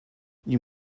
you